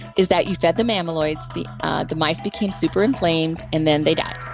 is that you fed them amyloids, the ah the mice became super inflamed and then they died